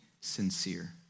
sincere